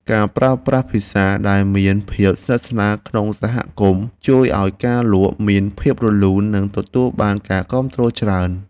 ការប្រើប្រាស់ភាសាដែលមានភាពស្និទ្ធស្នាលក្នុងសហគមន៍ជួយឱ្យការលក់មានភាពរលូន និងទទួលបានការគាំទ្រច្រើន។